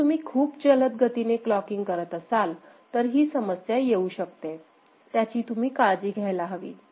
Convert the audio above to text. जर तुम्ही खूप जलद गतीने क्लॉकिंग करत असाल तर ही समस्या येऊ शकते त्याची तुम्ही काळजी घ्यायला हवी